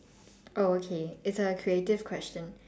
oh okay it's a creative question